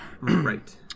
Right